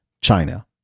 China